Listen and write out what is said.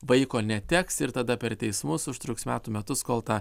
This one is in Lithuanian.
vaiko neteks ir tada per teismus užtruks metų metus kol tą